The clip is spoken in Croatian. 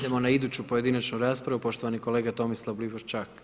Idemo na iduću pojedinačnu raspravu poštovani kolega Tomislav Lipošćak.